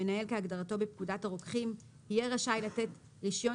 המנהל כהגדרתו בפקודת הרוקחים יהיה רשאי לתת רישיון